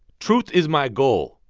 truth is my goal.